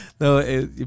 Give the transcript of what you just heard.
No